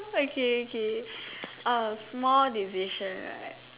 okay okay a small decision right